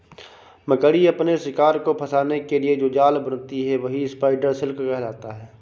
मकड़ी अपने शिकार को फंसाने के लिए जो जाल बुनती है वही स्पाइडर सिल्क कहलाता है